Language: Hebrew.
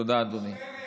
תודה, אדוני.